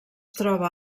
troba